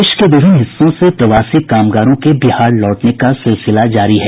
देश के विभिन्न हिस्सों से प्रवासी कामगारों के बिहार लौटने का सिलसिला जारी है